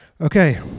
Okay